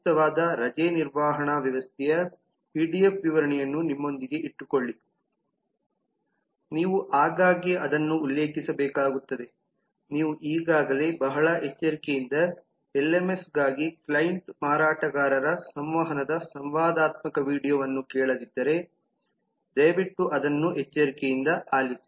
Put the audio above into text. ಸೂಕ್ತವಾದ ರಜೆ ನಿರ್ವಹಣಾ ವ್ಯವಸ್ಥೆಯ ಪಿಡಿಎಫ್ ವಿವರಣೆಯನ್ನು ನಿಮ್ಮೊಂದಿಗೆ ಇಟ್ಟುಕೊಳ್ಳಿ ನೀವು ಆಗಾಗ್ಗೆ ಅದನ್ನು ಉಲ್ಲೇಖಿಸಬೇಕಾಗುತ್ತದೆ ನೀವು ಈಗಾಗಲೇ ಬಹಳ ಎಚ್ಚರಿಕೆಯಿಂದ ಎಲ್ಎಂಎಸ್ಗಾಗಿ ಕ್ಲೈಂಟ್ ಮಾರಾಟಗಾರರ ಸಂವಹನದ ಸಂವಾದಾತ್ಮಕ ವೀಡಿಯೊವನ್ನು ಕೇಳದಿದ್ದರೆ ದಯವಿಟ್ಟು ಅದನ್ನು ಎಚ್ಚರಿಕೆಯಿಂದ ಆಲಿಸಿ